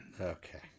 Okay